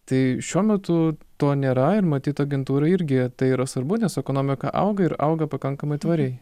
tai šiuo metu to nėra ir matyt agentūrai irgi tai yra svarbu nes ekonomika auga ir auga pakankamai tvariai